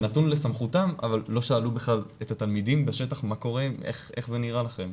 זה נתון לסמכותם אבל לא שאלו בכלל את התלמידים בשטח איך זה נראה להם.